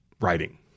writing